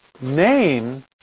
name